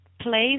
place